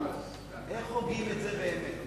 איך הוגים את זה באמת?